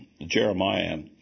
Jeremiah